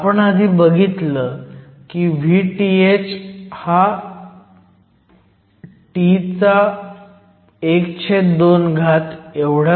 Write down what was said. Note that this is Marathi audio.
आपण आधी बघितलं की Vth α T12